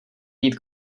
být